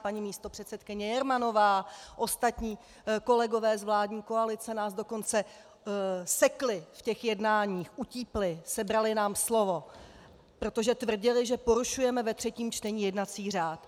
Paní místopředsedkyně Jermanová a ostatní kolegové z vládní koalice nás dokonce sekli v těch jednáních, utípli, sebrali nám slovo, protože tvrdili, že porušujeme ve třetím čtení jednací řád.